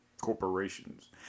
Corporations